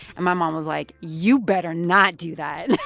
and my mom was like, you better not do that